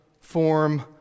form